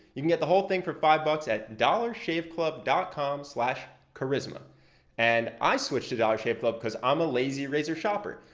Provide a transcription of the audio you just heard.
you can get the whole thing for five bucks at dollarshaveclub dot com slash charisma and i switch to dollar shave club because i'm a lazy razor shopper.